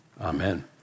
Amen